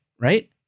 right